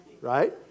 right